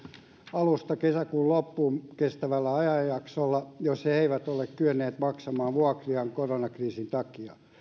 alusta kesäkuun loppuun kestävällä ajanjaksolla jos he eivät ole kyenneet maksamaan vuokriaan koronakriisin takia